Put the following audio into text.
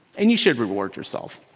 and you should reward yourself.